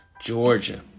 Georgia